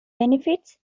benefits